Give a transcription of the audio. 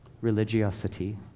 religiosity